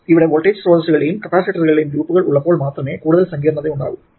ഇവിടെ വോൾട്ടേജ് സ്രോതസ്സുകളുടെയും കപ്പാസിറ്ററുകളുടെയും ലൂപ്പുകൾ ഉള്ളപ്പോൾ മാത്രമേ കൂടുതൽ സങ്കീർണത ഉണ്ടാകൂ